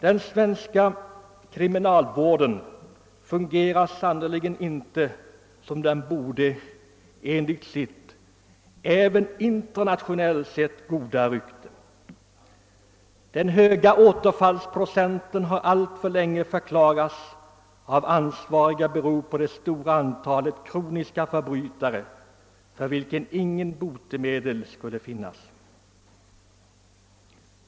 Den svenska kriminalvården fungerar sannerligen inte som den borde enligt sitt — även internationellt — goda rykte. Den höga återfallsprocenten har alltför länge av de ansvariga förklarats bero på det stora antalet »kroniska förbrytare» för vilka inga botemedel skulle finnas.